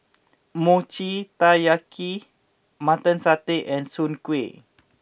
Mochi Taiyaki Mutton Satay and Soon Kway